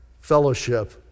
fellowship